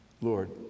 Lord